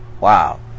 Wow